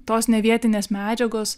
tos ne vietinės medžiagos